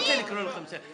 אני לא רוצה לקרוא אתכם לסדר.